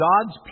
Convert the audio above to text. God's